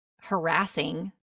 harassing